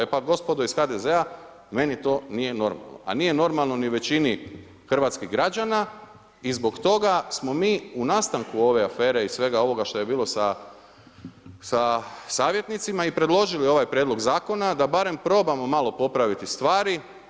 E pa gospodo iz HDZ-a meni to nije normalno, a nije normalno ni većini hrvatskih građana i zbog toga smo mi u nastanku ove afere i svega ovoga što je bilo sa savjetnicima i predložili ovaj prijedlog zakona da barem probamo malo popraviti stvari.